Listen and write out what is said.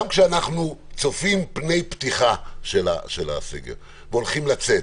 גם כשאנחנו צופים פני פתיחה של הסגר והולכים לצאת,